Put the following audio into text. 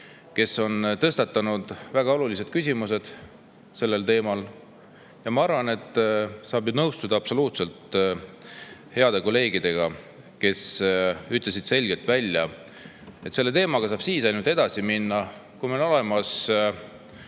kes on tõstatanud väga olulised küsimused sellel teemal. Ma arvan, et saab absoluutselt nõustuda heade kolleegidega, kes ütlesid selgelt välja, et selle teemaga saab ainult siis edasi minna, kui meil on olemas